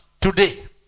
today